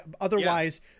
otherwise